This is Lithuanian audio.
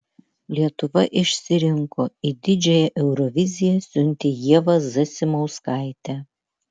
lietuva išsirinko į didžiąją euroviziją siuntė ievą zasimauskaitę